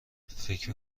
فکر